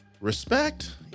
Respect